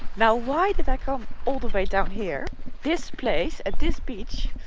now, why did i come all the way down here this place, at this beach,